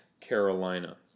Carolina